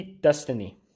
Destiny